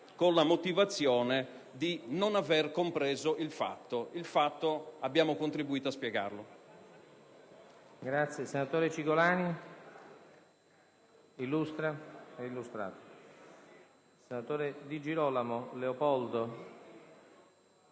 con la motivazione di non avere compreso il fatto, visto che noi abbiamo contribuito a spiegare.